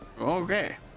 Okay